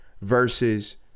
versus